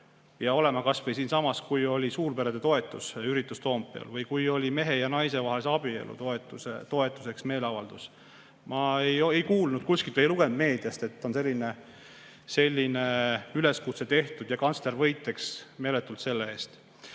ja olema kas või siinsamas, kui oli suurperede toetusüritus Toompeal või kui oli mehe ja naise vahelise abielu toetuseks meeleavaldus. Ma ei kuulnud kuskilt ega lugenud meediast, et on selline üleskutse tehtud ja kantsler võitleks meeletult selle eest.